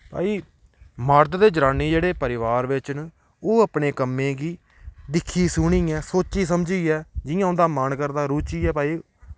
भाई मर्द ते जनानी जेह्ड़े परिवार बिच्च न ओह् अपने कम्मै गी दिक्खी सुनियै सोची समझियै जि'यां उं'दा मन करदा रूचि ऐ भाई